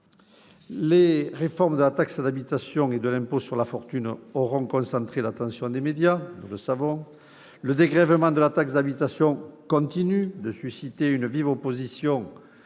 Les réformes de la taxe d'habitation et de l'impôt sur la fortune auront concentré l'attention des médias. Le dégrèvement de la taxe d'habitation continue de susciter une vive opposition